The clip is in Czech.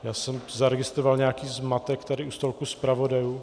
Já jsem zaregistroval nějaký zmatek tady u stolku zpravodajů.